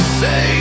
say